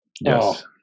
Yes